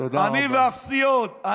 אני ואפסי עוד.